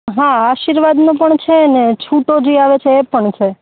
હા આર્શિવાદનો પણ છે અને છૂટો જે આવે છે ઇ પણ છે